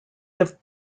have